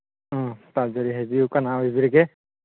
ꯑ ꯇꯥꯖꯔꯤ ꯍꯥꯏꯕꯤꯌꯨ ꯀꯅꯥ ꯑꯣꯏꯕꯤꯔꯒꯦ